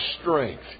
strength